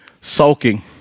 sulking